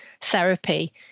therapy